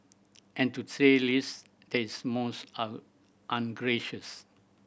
and to say least this most ungracious